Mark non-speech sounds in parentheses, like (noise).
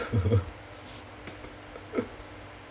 (laughs)